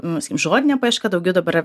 nu sakykim žodinė paieška daugiau dabar yra